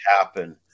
happen